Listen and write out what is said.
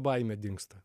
baimė dingsta